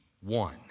one